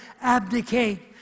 abdicate